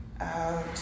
out